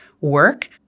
work